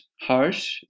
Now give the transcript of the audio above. harsh